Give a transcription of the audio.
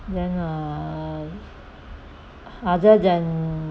then uh other than